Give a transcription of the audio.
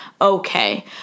okay